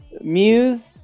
Muse